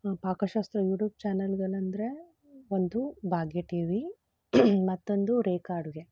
ಪಾಕಶಾಸ್ತ್ರ YouTube ಚಾನಲ್ಗಳಂದ್ರೆ ಒಂದು Bhagya TV ಮತ್ತೊಂದು ರೇಖಾ ಅಡುಗೆ